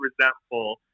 resentful